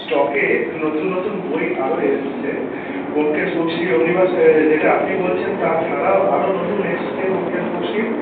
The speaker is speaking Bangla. স্টকে নতুন নতুন বই আরও এসছে ব্যোমকেশ বক্সি যেটা আপনি বলছেন তাছাড়াও আরও নতুন এসছে ব্যোমকেশ বক্সির